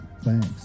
Thanks